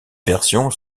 version